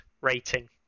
rating